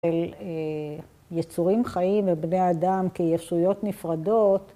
‫יצורים חיים ובני אדם ‫כישויות נפרדות.